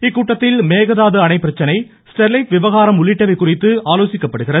இக்கூட்டத்தில் மேகதாது அணை பிரச்சினை ஸ்டெர்லைட் விவகாரம் உள்ளிட்டவை குறித்து ஆலோசிக்கப்படுகிறது